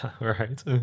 right